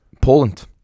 Poland